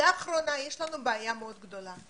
לאחרונה יש לנו בעיה מאוד גדולה.